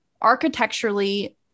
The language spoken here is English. architecturally